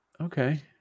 Okay